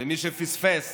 למי שפספס